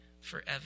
forever